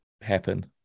happen